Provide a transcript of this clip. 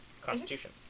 Constitution